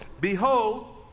Behold